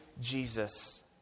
Jesus